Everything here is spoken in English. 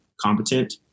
competent